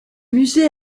musée